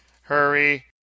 hurry